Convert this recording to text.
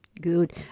Good